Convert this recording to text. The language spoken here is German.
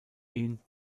ihn